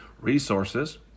resources